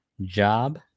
job